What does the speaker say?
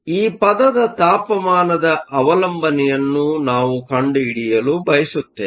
ಈ ಪದದ ತಾಪಮಾನದ ಅವಲಂಬನೆಯನ್ನು ನಾವು ಕಂಡುಹಿಡಿಯಲು ಬಯಸುತ್ತೇವೆ